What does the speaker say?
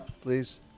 Please